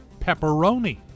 pepperoni